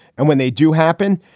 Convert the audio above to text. and when they do happen,